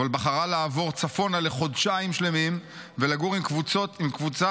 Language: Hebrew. אבל בחרה לעבור צפונה לחודשיים שלמים ולגור עם קבוצה